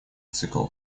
цикл